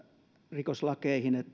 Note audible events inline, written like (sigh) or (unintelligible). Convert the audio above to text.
rikoslakeihin (unintelligible)